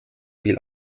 viel